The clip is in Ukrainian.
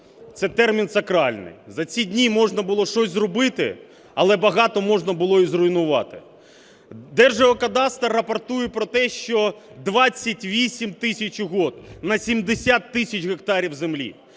це термін сакральний, за ці дні можна було щось зробити, але багато можна було і зруйнувати. Держгеокадастр рапортує про те, що 28 тисяч угод на 70 тисяч гектарів землі.